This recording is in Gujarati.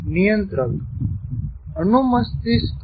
Controller નિયંત્રક અનુ મસ્તિષ્ક શું કરે છે